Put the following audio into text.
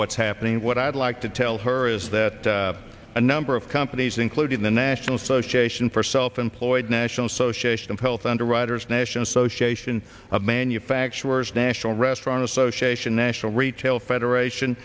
what's happening and what i'd like to tell her is that a number of companies including the national association for self employed national association of health underwriters national association of manufacturers national restaurant association national retail federation